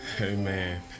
Amen